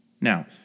Now